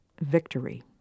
victory